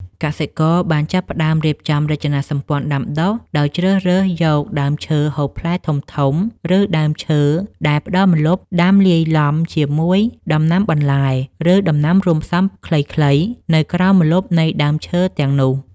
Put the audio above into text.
កសិករបានចាប់ផ្ដើមរៀបចំរចនាសម្ព័ន្ធដាំដុះដោយជ្រើសរើសយកដើមឈើហូបផ្លែធំៗ ឬដើមឈើដែលផ្ដល់ម្លប់ដាំលាយឡំជាមួយដំណាំបន្លែ ឬដំណាំរួមផ្សំខ្លីៗនៅក្រោមម្លប់នៃដើមឈើទាំងនោះ។